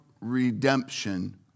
redemption